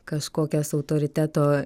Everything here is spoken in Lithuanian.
kažkokias autoriteto